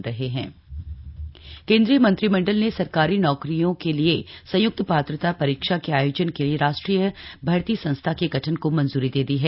संयुक्त पावता परीक्षा केन्द्रीय मंत्रिमंडल ने सरकारी नौकरियों के लिए संय्क्त पात्रता परीक्षा के आयोजन के लिए राष्ट्रीय भर्ती संस्था के गठन को मंजूरी दे दी है